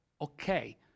okay